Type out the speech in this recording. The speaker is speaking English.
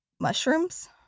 mushrooms